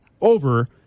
over